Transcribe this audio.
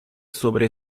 sobre